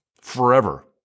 forever